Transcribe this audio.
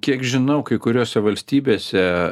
kiek žinau kai kuriose valstybėse